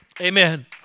Amen